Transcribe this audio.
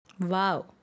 Wow